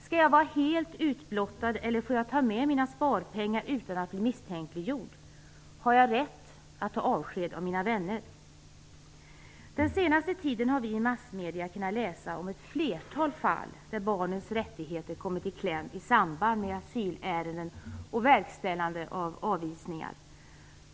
Skall jag vara helt utblottad, eller får jag ta med mina sparpengar utan att bli misstänkliggjord? - Har jag rätt att ta avsked av mina vänner? Den senaste tiden har vi i massmedierna kunnat läsa om ett flertal fall där barnens rättigheter kommit i kläm i samband med asylärenden och verkställande av avvisningar.